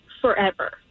forever